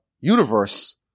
universe